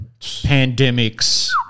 pandemics